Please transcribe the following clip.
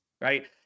right